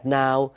now